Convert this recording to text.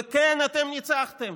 וכן, אתם ניצחתם.